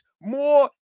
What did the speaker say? more